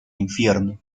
infierno